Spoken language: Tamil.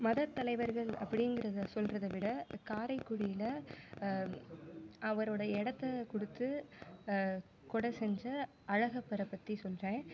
மதத் தலைவர்கள் அப்படிங்கிறதை சொல்றதை விட காரைக்குடியில் அவரோடய இடத்தை கொடுத்து கொடை செஞ்ச அழகப்பரை பற்றி சொல்கிறேன்